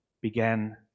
began